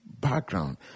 background